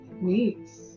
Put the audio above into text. weeks